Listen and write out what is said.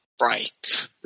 Right